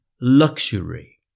luxury